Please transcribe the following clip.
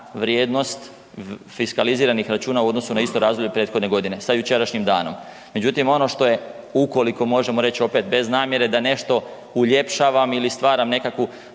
vrijednost fiskaliziranih računa u odnosu na isto razdoblje prethodne godine sa jučerašnjim danom. Međutim, ono što je ukoliko možemo reći opet bez namjere da nešto uljepšavam ili stvaram nekakvu